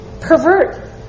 pervert